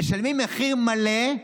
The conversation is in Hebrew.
משלמות מחיר מלא.